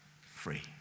free